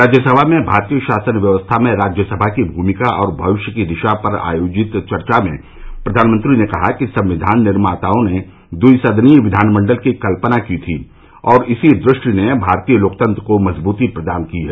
राज्यसमा में भारतीय शासन व्यवस्था में राज्यसमा की भूमिका और भविष्य की दिशा विषय पर आयोजित चर्चा में प्रधानमंत्री ने कहा कि संविघान निर्माताओं ने द्विसदनीय विघानमंडल की कल्पना की थी और इसी दृष्टि ने भारतीय लोकतंत्र को मजबूती प्रदान की है